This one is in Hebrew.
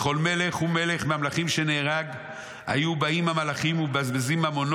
וכל מלך ומלך מהמלכים שנהרג היו באים המלאכים ומבזבזים ממנו